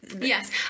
Yes